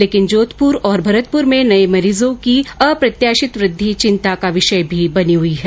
लेकिन जोधपुर और भरतपुर में नये मरीजों की अप्रत्याशित वृद्धि चिंता का विषय भी बनी हुई है